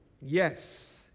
Yes